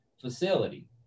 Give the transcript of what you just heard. facility